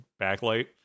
backlight